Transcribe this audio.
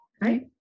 right